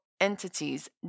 entities